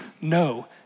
no